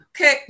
Okay